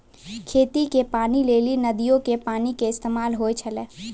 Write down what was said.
खेती के पानी लेली नदीयो के पानी के इस्तेमाल होय छलै